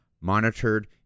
monitored